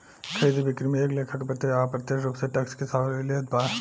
खरीदा बिक्री में एक लेखा के प्रत्यक्ष आ अप्रत्यक्ष रूप से टैक्स के सहूलियत बा